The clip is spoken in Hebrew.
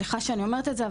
סליחה שאני אומרת את זה,